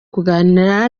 kuganira